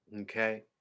okay